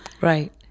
Right